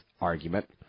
argument